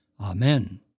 Amen